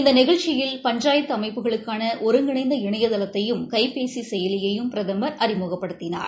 இந்த நிகழ்ச்சியில் பஞ்சாயத்து அமைப்புகளுக்கான ஒருங்கிணைந்த இணையதளத்தையும் கைபேசி செயலியையும் பிரதமர் அறிமுகப்படுத்தினார்